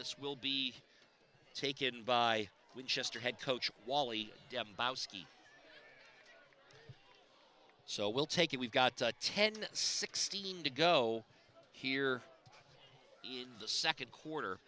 this will be taken by winchester head coach wally so we'll take it we've got to ten sixteen to go here in the second quarter